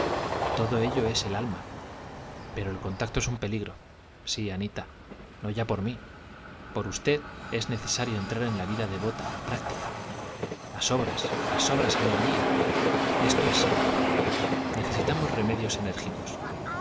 que ver con el alma pero el contacto es un peligro sí anita no ya por mí por usted es necesario entrar en la vida devota práctica las obras las obras amiga mía esto es serio necesitamos remedios enérgicos